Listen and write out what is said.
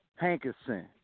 Hankerson